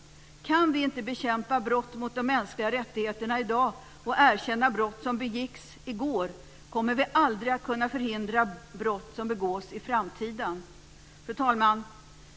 Om vi inte kan bekämpa brott mot de mänskliga rättigheterna i dag och erkänna brott som begicks i går kommer vi aldrig att kunna förhindra brott som begås i framtiden. Fru talman!